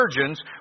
virgins